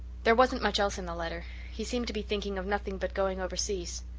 there wasn't much else in the letter he seemed to be thinking of nothing but going overseas.